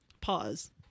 Pause